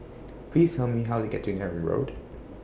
Please Tell Me How to get to Neram Road